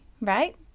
right